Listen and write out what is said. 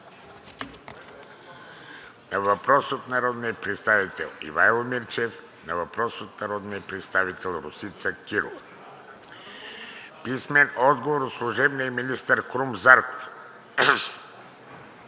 на въпрос от народния представител Ивайло Мирчев и на въпрос от народния представител Росица Кирова; – служебния министър Крум Зарков